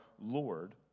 Lord